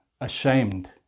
ashamed